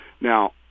now